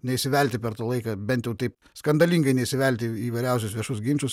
neįsivelti per tą laiką bent jau taip skandalingai neįsivelti į įvairiausius viešus ginčus